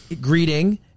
greeting